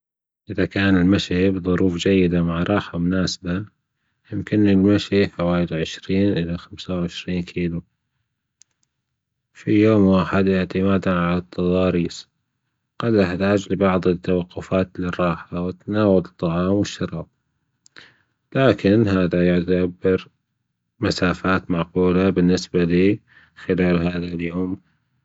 إذا كان المشي في ظروف جيدة مع راحة مناسبة يمكنني المشي حوالي عشرين إلى خمس وعشرين كيلو في يوم واحد أعتمادًا على التضاريس قد أحتاج لبعض التوقفات للراحة وتناول الطعام والشراب لكن يعتبر مسافات معقولة بالنسبة لي خلا هذا اليوم.